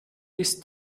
ist